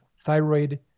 thyroid